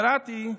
קראתי: